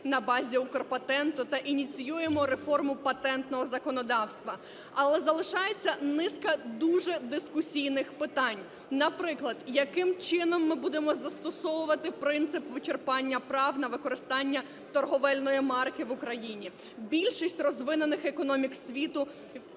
на базі "Укрпатенту" та ініціюємо реформу патентного законодавства. Але залишається низка дуже дискусійних питань, наприклад, яким чином ми будемо застосовувати принцип вичерпання прав на використання торговельної марки в Україні. Більшість розвинених економік світу